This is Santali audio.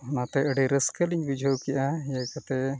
ᱚᱱᱟᱛᱮ ᱟᱹᱰᱤ ᱨᱟᱹᱥᱠᱟᱹ ᱞᱤᱧ ᱵᱩᱡᱷᱟᱹᱣ ᱠᱮᱜᱼᱟ ᱤᱭᱟᱹ ᱠᱟᱛᱮ